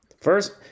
First